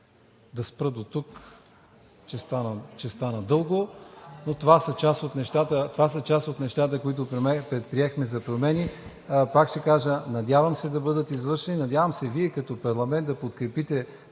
Да спра дотук, че стана дълго, но това са част от нещата, които предприехме за промени. Пак ще кажа, надявам се, да бъдат извършени, надявам се, Вие като парламент да подкрепите